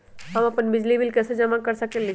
हम अपन बिजली बिल कैसे जमा कर सकेली?